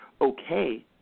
okay